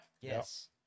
Yes